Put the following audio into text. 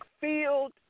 field